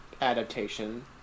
adaptation